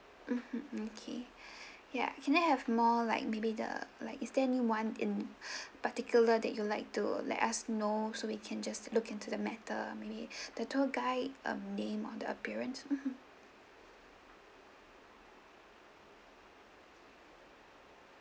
mmhmm okay ya can I have more like maybe the like is there anyone in particular that you'd like to let us know so we can just look into that matter maybe the tour guide um name or the appearance mmhmm